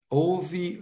houve